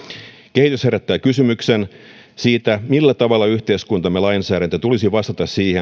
kehitys herättää kysymyksen siitä millä tavalla yhteiskuntamme lainsäädännön tulisi vastata siihen